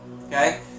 okay